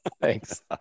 Thanks